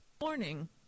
Morning